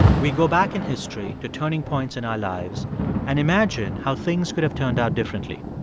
we go back in history to turning points in our lives and imagine how things could have turned out differently.